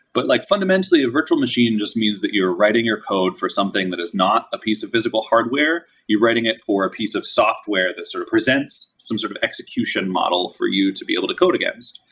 but like fundamentally, a virtual machine just means that you're writing your code for something that is not a piece of physical hardware. you're writing it for a piece of software that sort of presents some sort of execution model for you to be able to code against.